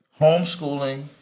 Homeschooling